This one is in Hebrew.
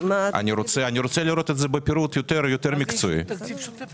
אני רוצה לראות פירוט יותר מקצועי.